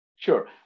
Sure